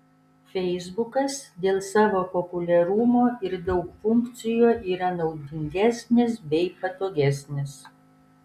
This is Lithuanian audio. feisbukas dėl savo populiarumo ir daug funkcijų yra naudingesnis bei patogesnis